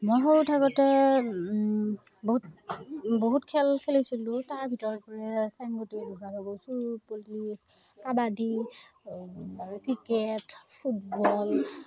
মই সৰু থাকোঁতে বহুত খেল খেলিছিলোঁ তাৰ ভিতৰপৰা চেংগুটি লুকা ভাকু চোৰ পুলিচ কাবাডী ক্ৰিকেট ফুটবল